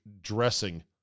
dressing